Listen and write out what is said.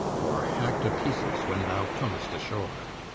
or hacked a pieces when thou comest ashore.